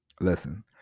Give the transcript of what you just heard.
listen